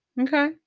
Okay